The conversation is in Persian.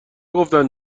گفتن